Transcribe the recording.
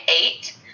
eight